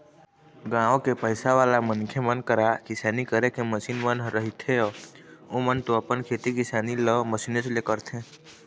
गाँव के पइसावाला मनखे मन करा किसानी करे के मसीन मन ह रहिथेए ओमन तो अपन खेती किसानी ल मशीनेच ले करथे